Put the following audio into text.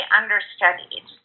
understudied